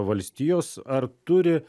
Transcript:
valstijos ar turi